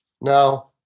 Now